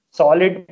solid